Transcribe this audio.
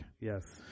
Yes